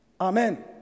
Amen